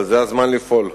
אבל זה הזמן לפעול.